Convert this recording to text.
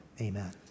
amen